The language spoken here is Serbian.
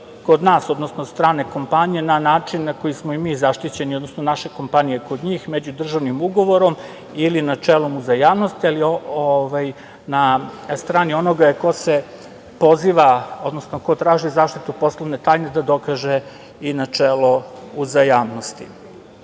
kod nas, odnosno strane kompanije, na način na koji smo mi zaštićeni, odnosno naše kompanije kod njih - međudržavnim ugovorom ili načelom uzajamnosti, ali na strani onoga je ko se poziva odnosno ko traži zaštitu poslovne tajne da dokaže i načelo uzajamnosti. Ovde